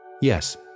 yes